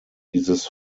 dieses